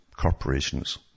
corporations